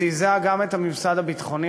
היא זעזעה גם את הממסד הביטחוני